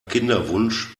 kinderwunsch